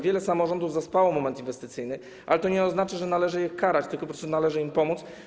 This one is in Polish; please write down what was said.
Wiele samorządów przespało moment inwestycyjny, ale to nie oznacza, że należy je karać, tylko po prostu należy im pomóc.